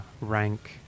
rank